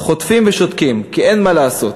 חוטפים ושותקים, כי אין מה לעשות.